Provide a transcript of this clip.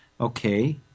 Okay